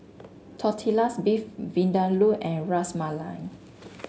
Tortillas Beef Vindaloo and Ras Malai